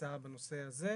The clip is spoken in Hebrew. הצעה בנושא הזה.